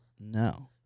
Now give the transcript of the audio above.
No